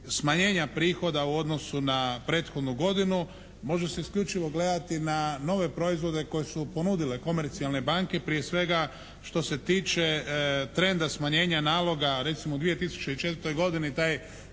smanjenja prihoda u odnosu na prethodnu godinu, može se isključivo gledati na nove proizvode koje su ponudile komercijalne banke prije svega što se tiče trenda smanjenja naloga recimo u 2004. godini taj